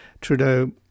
Trudeau